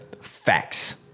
Facts